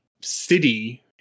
city